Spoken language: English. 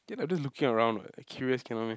ya lah just looking around [what] I curious cannot meh